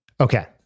Okay